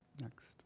Next